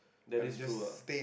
that is true ah